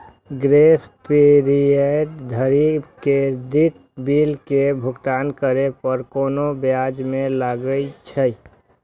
grace period धरि credit bill के भुगतान करै पर कोनो ब्याज नै लागै छै